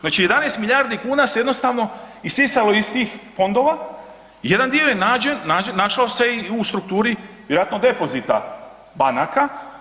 Znači 11 milijardi kuna se jednostavno isisalo iz tih fondova, jedan dio je nađen, našao se i u strukturi vjerojatno depozita banaka.